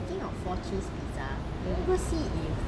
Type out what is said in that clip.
speaking of four cheese pizza have you ever see if